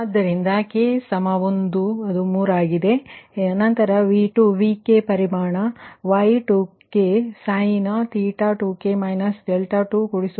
ಆದ್ದರಿಂದ ಇದು k 1 ರಿಂದ 3 ಆಗಿದೆ ನಂತರ ಅದು V2 Vk ಪರಿಮಾಣ Y2ksin𝜃2k −𝛿2 𝛿k ಆಗಿರುತ್ತದೆ